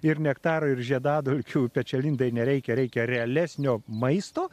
ir nektaro ir žiedadulkių pečialindai nereikia reikia realesnio maisto